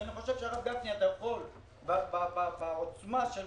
אני חושב שאתה יכול בעוצמה של